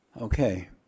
Okay